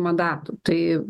mandatų tai